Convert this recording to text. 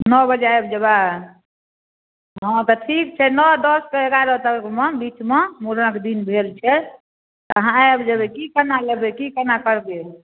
नओ बजे आबि जयबै हँ तऽ ठीक छै नओ दशसँ एगारह तकमे बिचमे मुड़न कऽ दिन भेल छै तऽ अहाँ आबि जयबै की केना लेबै की केना करबै